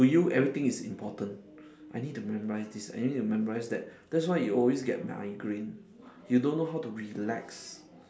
to you everything is important I need to memorise this I need to memorise that that's why you always get migraine you don't know how to relax